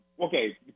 Okay